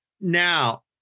Now